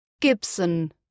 Gibson